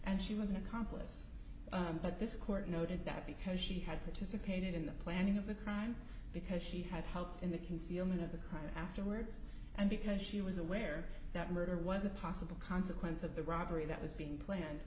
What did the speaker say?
and she was an accomplice but this court noted that because she had participated in the planning of a crime because she had helped in the concealment of the crime afterwards and because she was aware that murder was a possible consequence of the robbery that was being planned